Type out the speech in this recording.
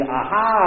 aha